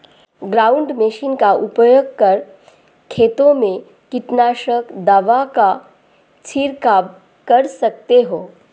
ground machine का उपयोग कर खेतों में कीटनाशक दवा का झिड़काव कर सकते है